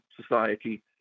society